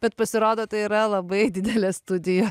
bet pasirodo tai yra labai didelė studijos